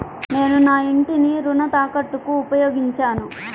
నేను నా ఇంటిని రుణ తాకట్టుకి ఉపయోగించాను